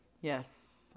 Yes